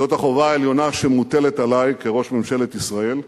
זאת החובה העליונה שמוטלת עלי כראש ממשלת ישראל.